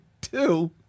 two